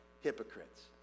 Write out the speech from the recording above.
hypocrites